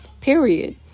period